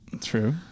True